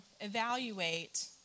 evaluate